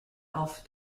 auf